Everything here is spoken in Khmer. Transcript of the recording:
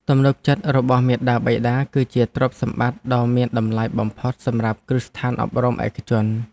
ទំនុកចិត្តរបស់មាតាបិតាគឺជាទ្រព្យសម្បត្តិដ៏មានតម្លៃបំផុតសម្រាប់គ្រឹះស្ថានអប់រំឯកជន។